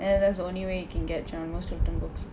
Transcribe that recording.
and that's the only way you can get geronimo stilton books